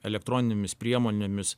elektroninėmis priemonėmis